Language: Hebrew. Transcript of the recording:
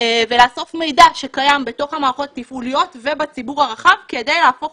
ולאסוף מידע שקיים בתוך המערכות התפעוליות ובציבור הרחב כדי להפוך